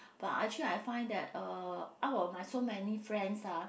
but actually I find that uh out of my so many friends ah